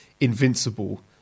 invincible